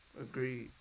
Agreed